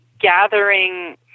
gathering